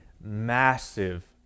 massive